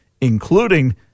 Including